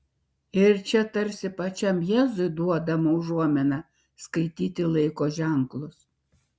ir čia tarsi pačiam jėzui duodama užuomina skaityti laiko ženklus